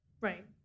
Right